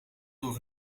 door